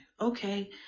okay